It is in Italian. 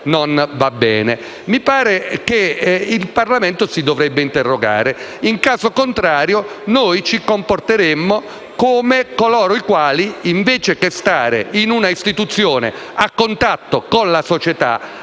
è sbagliato. Mi pare che il Parlamento si dovrebbe interrogare: in caso contrario ci comporteremmo come coloro i quali, invece che stare in un'istituzione a contatto con la società